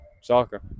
soccer